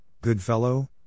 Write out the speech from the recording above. Goodfellow